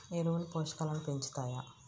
ఎరువులు పోషకాలను పెంచుతాయా?